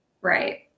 Right